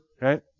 right